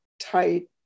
tight